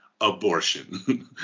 abortion